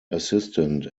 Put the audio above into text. assistant